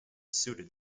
suited